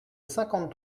cinquante